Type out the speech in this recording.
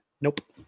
Nope